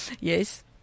Yes